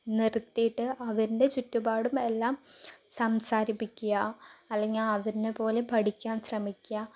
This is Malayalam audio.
നിർത്തിയിട്ട് അവരുടെ ചുറ്റുപാടും എല്ലാം സംസാരിപ്പിക്കുക അല്ലെങ്കിൽ അവരെപ്പോലെ പഠിക്കാൻ ശ്രമിക്കുക